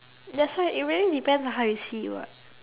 that's why it really depends on how you see it [what]